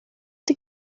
the